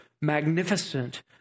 magnificent